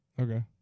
Okay